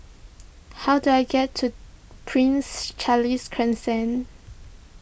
how do I get to Prince Charles Crescent